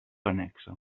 annexa